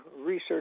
research